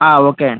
okay అండి